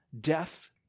death